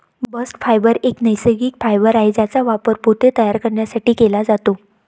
bast fibre एक नैसर्गिक fibre आहे ज्याचा वापर पोते तयार करण्यासाठी केला जातो